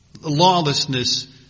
lawlessness